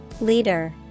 Leader